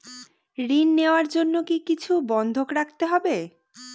ঋণ নেওয়ার জন্য কি কিছু বন্ধক রাখতে হবে?